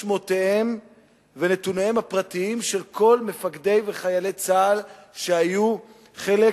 שמותיהם ונתוניהם הפרטיים של כל מפקדי וחיילי צה"ל שהיו חלק